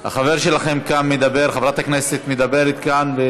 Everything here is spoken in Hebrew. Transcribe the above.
חברה שלכם מדברת כאן.